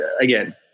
again